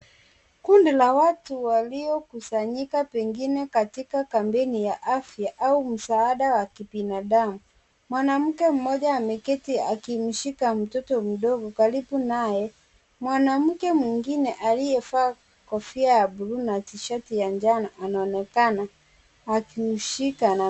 Kundi la watu waliokusanyika pengine katika kampeni ya afya au msaada wa kibinadamu. Mwanamke mmoja ameketi akimshika mtoto mdogo. Karibu naye, mwanamke mwingine aliyevaa kofia ya bluu na tishati ya njano anaonekana akimshika na...